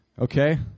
okay